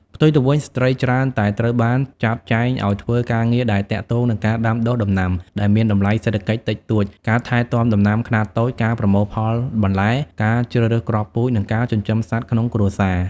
ផ្ទុយទៅវិញ ស្ត្រីច្រើនតែត្រូវបានចាត់ចែងឲ្យធ្វើការងារដែលទាក់ទងនឹងការដាំដុះដំណាំដែលមានតម្លៃសេដ្ឋកិច្ចតិចតួច ការថែទាំដំណាំខ្នាតតូច ការប្រមូលផលបន្លែ ការជ្រើសរើសគ្រាប់ពូជ និងការចិញ្ចឹមសត្វក្នុងគ្រួសារ។